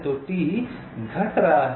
तो T घट रहा है